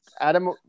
Adam